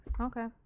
Okay